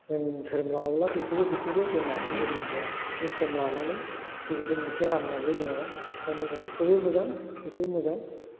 जों धोरोम लायोब्ला बेखौबो बेखौबो जों लाथेरजोबनो हाया बे सम लानानै बेबायदि मोनसे राननायनि दङ ओंखायनो जों बेखौबो मोजां बेखौबो मोजां